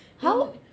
how